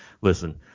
listen